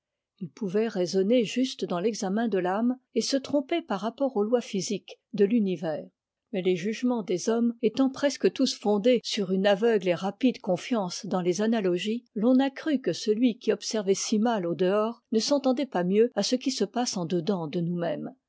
i pouvait raisonner juste dans l'examen de t'âme et se tromper par rapport aux lois physiques de l'univers mais les jugements des hommes étant presque tous fondés sur une aveugle et rapide confiance dans les analogies l'on a cru que celui qui observait si mal au dehors ne s'entendait pas mieux à ce qui se passe en dedans de nous-mêmes